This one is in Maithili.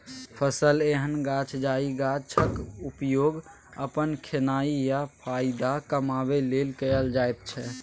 फसल एहन गाछ जाहि गाछक उपयोग अपन खेनाइ या फाएदा कमाबै लेल कएल जाइत छै